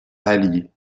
allier